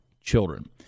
children